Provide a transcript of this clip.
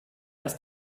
als